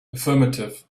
affirmative